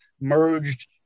merged